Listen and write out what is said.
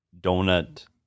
donut